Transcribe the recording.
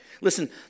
Listen